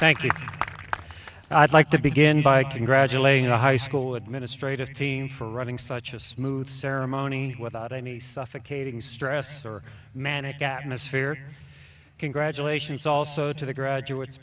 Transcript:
thank you i'd like to begin by congratulating the high school administrative team for running such a smooth ceremony without any suffocating stress or manic atmosphere congratulations also to the graduates